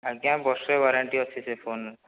ଆଜ୍ଞା ବର୍ଷେ ୱାରେଣ୍ଟୀ ଅଛି ସେ ଫୋନ୍